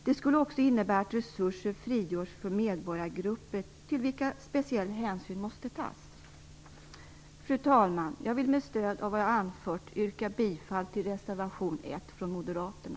Det skulle också innebära att resurser frigörs för medborgargrupper till vilka speciell hänsyn måste tas. Fru talman! Jag vill med stöd av vad jag har anfört yrka bifall till reservation 1 från moderaterna.